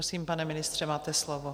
Prosím, pane ministře, máte slovo.